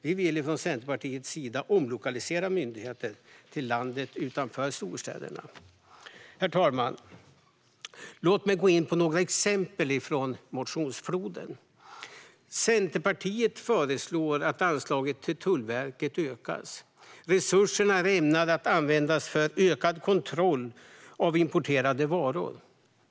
Vi vill från Centerpartiets sida omlokalisera myndigheter till landet utanför storstäderna. Herr talman! Låt mig gå in på några exempel från motionsfloden. Centerpartiet föreslår att anslaget till Tullverket ökas. Resurserna är ämnade att användas för ökad kontroll av importerade varor.